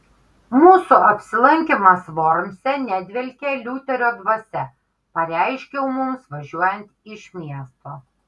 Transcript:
mūsų apsilankymas vormse nedvelkia liuterio dvasia pareiškiau mums važiuojant iš miesto